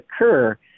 occur